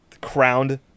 crowned